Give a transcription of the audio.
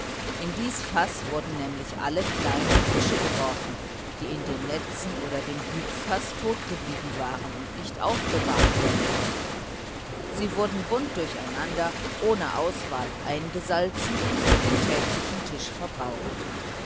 in dies faß wurden nämlich alle kleinen fische geworfen die in den netzen oder dem hütfaß tot geblieben waren und nicht aufbewahrt werden konnten sie wurden bunt durcheinander ohne auswahl eingesalzen und für den täglichen tisch verbraucht